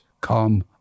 come